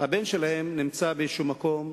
הבן שלהם נמצא באיזשהו מקום.